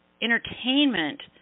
entertainment